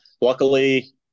luckily